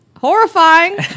horrifying